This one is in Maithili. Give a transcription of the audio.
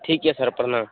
ठीक अइ सर प्रणाम